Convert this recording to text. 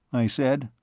i said.